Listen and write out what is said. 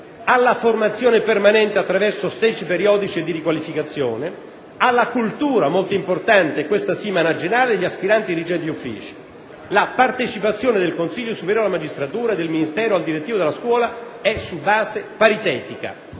alla formazione permanente attraverso *stage* periodici o di riqualificazione, alla cultura, molto importante, questa sì manageriale, degli aspiranti dirigenti di ufficio. La partecipazione del Consiglio superiore della magistratura e del Ministero al direttivo della scuola è su base paritetica,